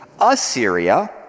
Assyria